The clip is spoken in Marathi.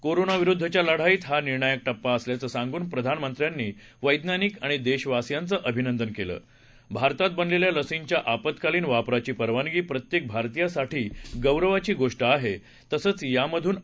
कोरोना विरुद्धच्या लढाईत हा निर्णायक टप्पा असल्याचं सांगून प्रधानमंत्र्यांनी वद्वतिनिक आणि देशवासियांचं अभिनंदन केलं भारतात बनलेल्या लसींच्या आपत्कालीन वापराची परवानगी प्रत्येक भारतीयासाठी गौरवाची गोष्ट आहे तसंच यामधून आहे